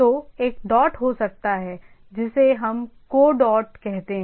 तो एक डॉट हो सकता है या जिसे हम को डॉट कहते हैं